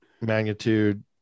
magnitude